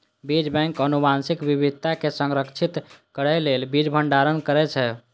बीज बैंक आनुवंशिक विविधता कें संरक्षित करै लेल बीज भंडारण करै छै